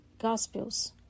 gospels